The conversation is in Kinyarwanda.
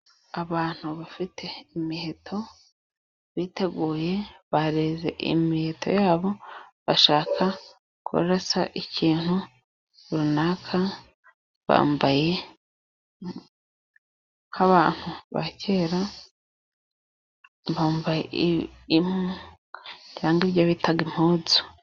Abantu bafite imiheto biteguye bareze imiheto yabo bashaka kurasa ikintu runaka bambaye nk'abantu ba kera bambaye impu cyangwa ibyo bitaga impuzu.